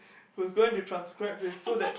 who's going to transcript this so that